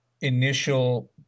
initial